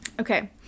Okay